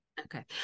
Okay